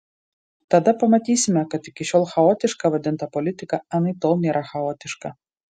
tada pamatysime kad iki šiol chaotiška vadinta politika anaiptol nėra chaotiška